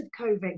covid